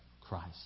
Christ